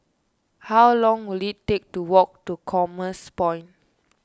how long will it take to walk to Commerce Point